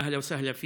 אהלן וסהלן פיכום,